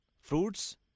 fruits